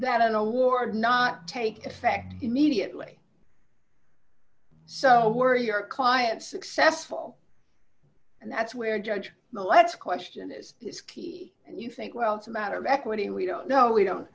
that an award not take effect immediately so who are your clients successful and that's where judge letts question is is key and you think well it's a matter of equity and we don't know we don't